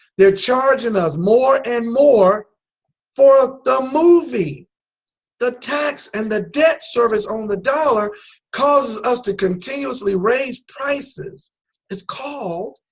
they're charging us more and more for ah the movie the tax and the debt service on the dollar causes us to continuously raise prices it's called.